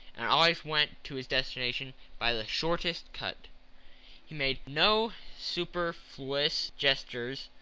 and always went to his destination by the shortest cut he made no superfluous gestures,